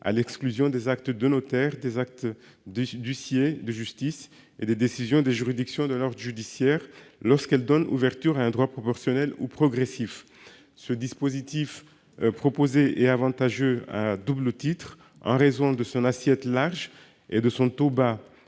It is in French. à l'exclusion des actes de notaire, des actes d'huissier de justice et des décisions des juridictions de l'ordre judiciaire lorsqu'elles ouvrent un droit proportionnel ou progressif. Ce dispositif est avantageux à double titre, du fait de son assiette large et de son taux bas.